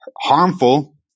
harmful